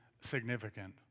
significant